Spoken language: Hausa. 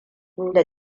inda